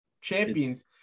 champions